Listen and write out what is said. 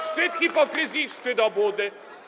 Szczyt hipokryzji i szczyt obłudy.